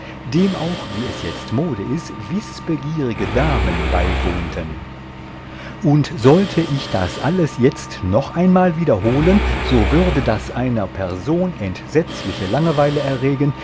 dem auch wie es jetzt mode ist wißbegierige damen beiwohnten und sollte ich das alles jetzt noch einmal wiederholen so würde das einer person entsetzliche langeweile erregen